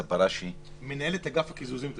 בראשי --- מנהלת אגף הקיזוזים אצלכם,